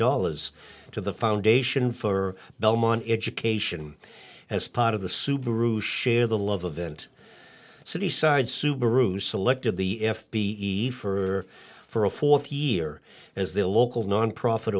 dollars to the foundation for belmont education as part of the subaru share the love of the nt city side subaru selected the f b for for a fourth year as their local nonprofit